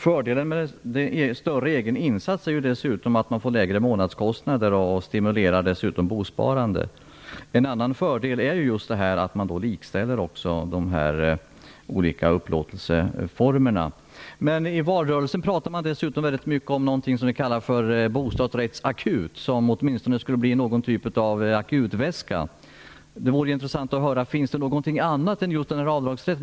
Fördelen med en större egen insats är dessutom att man får lägre månadskostnader och att bosparandet stimuleras. En annan fördel är just att man likställer de olika upplåtelseformerna. I valrörelsen talades det mycket om en bostadsrättsakut, som åtminstone skulle bli någon typ av akutväska. Det vore intressant att höra om det finns någonting där.